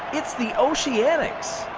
it's the oceanics.